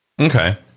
Okay